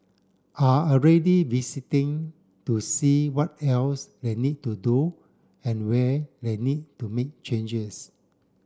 are already visiting to see what else they need to do and where they need to make changes